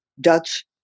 Dutch